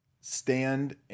stand